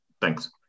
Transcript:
Thanks